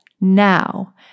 now